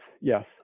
Yes